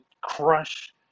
crush